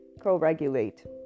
co-regulate